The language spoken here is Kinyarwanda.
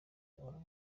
uraba